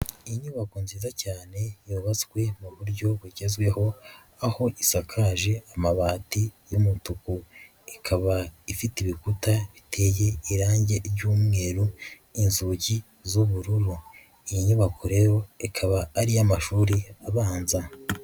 Inyubako nziza cyane yubatswe mu buryo bugezweho aho itakaje amabati y'umutuku, ikaba ifite ibikuta biteye irangi ry'umweru n'inzugi z'ubururu iyo nyubako rero ikaba ari iy mashuri abanza